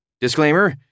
Disclaimer